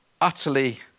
utterly